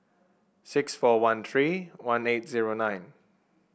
six four one three one eight zero nine